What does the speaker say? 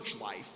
life